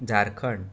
Jharkhand